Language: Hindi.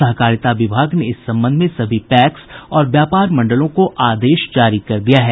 सहकारिता विभाग ने इस संबंध में सभी पैक्स और व्यापार मंडलों को आदेश जारी कर दिया है